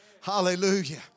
Hallelujah